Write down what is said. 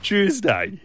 Tuesday